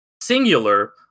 singular